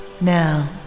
Now